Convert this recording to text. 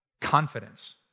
confidence